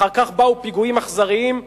אחר כך באו פיגועים אכזריים בדיזנגוף,